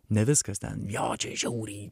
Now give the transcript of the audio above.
ne viskas ten jo čia žiauriai